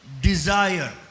desire